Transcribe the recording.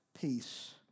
peace